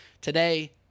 Today